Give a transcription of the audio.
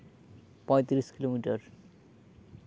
ᱯᱚᱸᱭᱛᱨᱤᱥ ᱠᱤᱞᱳᱢᱤᱴᱟᱨ